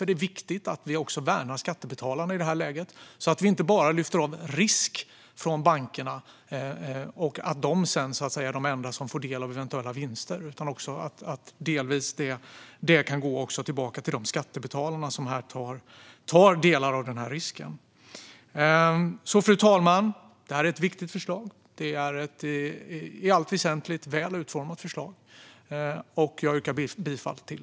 Det är viktigt att vi värnar skattebetalarna i detta läge så att vi inte bara lyfter av risk från bankerna och att dessa sedan är de enda som får del av eventuella vinster utan också ser till att vinster delvis kan gå tillbaka till de skattebetalare som tar delar av risken. Fru talman! Detta är ett viktigt och i allt väsentligt väl utformat förslag, som jag yrkar bifall till.